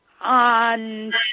On